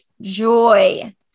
joy